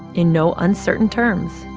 in no uncertain terms,